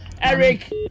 Eric